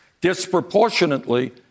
Disproportionately